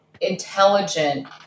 intelligent